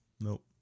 nope